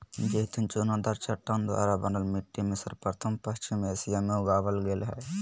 जैतून चुनादार चट्टान द्वारा बनल मिट्टी में सर्वप्रथम पश्चिम एशिया मे उगावल गेल हल